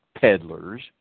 peddlers